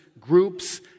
groups